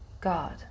God